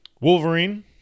Wolverine